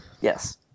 Yes